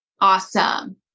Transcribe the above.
Awesome